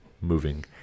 moving